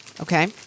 Okay